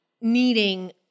needing